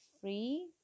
free